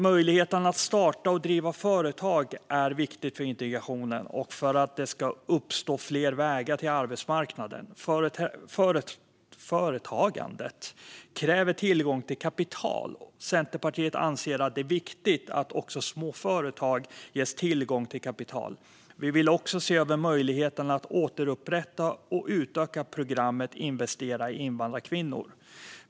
Möjligheten att starta och driva företag är viktig för integrationen och för att det ska uppstå fler vägar till arbetsmarknaden. Företagande kräver tillgång till kapital. Centerpartiet anser att det är viktigt att också små företag ges tillgång till kapital. Vi vill också se över möjligheten att återupprätta och utöka programmet Investera i invandrarkvinnor.